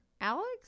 alex